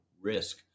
risk